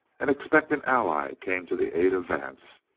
an expected ally came to the aid of vance.